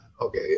Okay